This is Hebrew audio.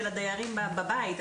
של הדיירים בבית.